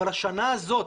אבל השנה הזאת,